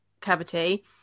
cavity